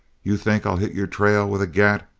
you think i'll hit your trail with a gat.